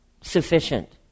sufficient